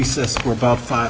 recess for about five